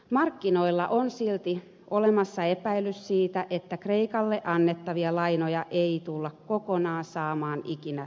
markkinoilla on silti olemassa epäilys siitä että kreikalle annettavia lainoja ei tulla kokonaan saamaan ikinä takaisin